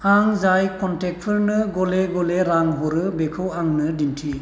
आं जाय कनटेक्टफोरनो गले गले रां हरो बेखौ आंनो दिन्थि